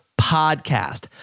podcast